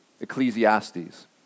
Ecclesiastes